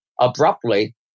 abruptly